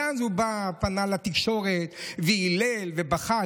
אז הוא בא, פנה לתקשורת ויילל ובכה.